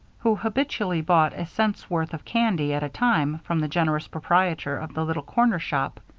who habitually bought a cent's worth of candy at a time from the generous proprietor of the little corner shop.